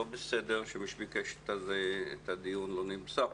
לא בסדר שמי שביקש את הדיון לא נמצא פה.